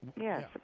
Yes